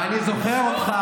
תוציא אותנו.